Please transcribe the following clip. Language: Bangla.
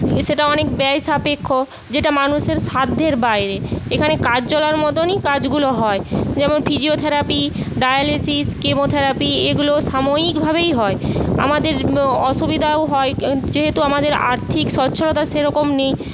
সেটা অনেক ব্যয়সাপেক্ষ যেটা মানুষের সাধ্যের বাইরে এখানে কাজ চলার মতনই কাজগুলো হয় যেমন ফিজিওথেরাপি ডায়ালিসিস কেমোথেরাপি এগুলো সাময়িকভাবেই হয় আমাদের অসুবিধাও হয় যেহেতু আমাদের আর্থিক স্বচ্ছলতা সেরকম নেই